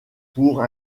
pour